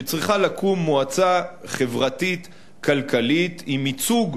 שצריכה לקום מועצה חברתית-כלכלית עם ייצוג,